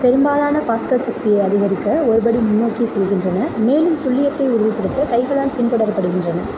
பெரும்பாலான பாஸ்கள் சக்தியை அதிகரிக்க ஒரு படி முன்னோக்கிச் செல்கின்றன மேலும் துல்லியத்தை உறுதிப்படுத்த கைகளால் பின்தொடரப்படுகின்றன